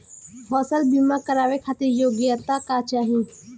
फसल बीमा करावे खातिर योग्यता का चाही?